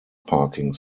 parking